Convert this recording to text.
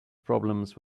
problems